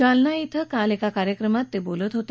जालना िवे काल एका कार्यक्रमात ते बोलत होते